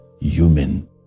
human